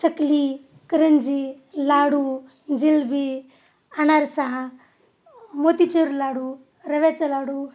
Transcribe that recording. चकली करंजी लाडू जिलेबी अनारसा मोतीचूर लाडू रव्याचा लाडू